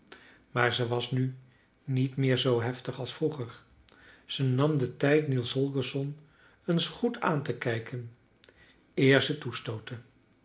maar ze was nu niet meer zoo heftig als vroeger ze nam den tijd niels holgersson eens goed aan te kijken eer